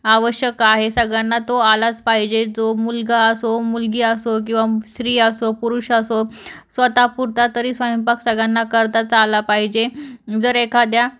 आवश्यक आहे सगळ्यांना तो आलाच पाहिजे जो मुलगा असो मुलगी असो किंवा स्त्री असो पुरुष असो स्वतःपुरता तरी स्वयंपाक सगळ्यांना करताच आला पाहिजे जर एखाद्या